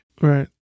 Right